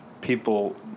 people